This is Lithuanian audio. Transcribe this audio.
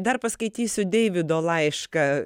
dar paskaitysiu deivido laišką